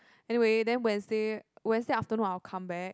anyway then Wednesday Wednesday afternoon I will come back